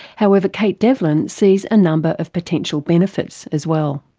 however kate devlin sees a number of potential benefits as well.